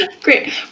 great